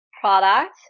product